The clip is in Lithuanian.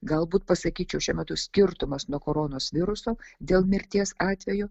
galbūt pasakyčiau šiuo metu skirtumas nuo koronos viruso dėl mirties atvejų